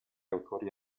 autori